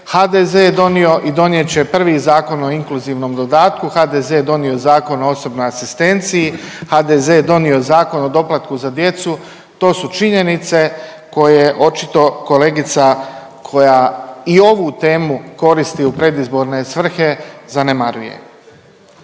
HDZ je donio i donijet će prvi Zakon o inkluzivnom dodatku, HDZ je donio Zakon o osobnoj asistenciji, HDZ je donio Zakon o doplatku za djecu. To su činjenice koje očito kolegica koja i ovu temu koristi u predizborne svrhe zanemaruje.